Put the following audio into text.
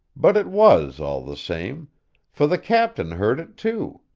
but it was, all the same for the captain heard it, too.